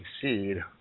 succeed